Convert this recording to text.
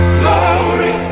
glory